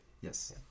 yes